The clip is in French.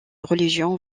religion